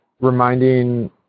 reminding